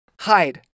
hide